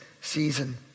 season